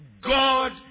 God